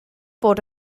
bod